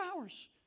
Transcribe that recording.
hours